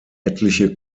etliche